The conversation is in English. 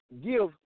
give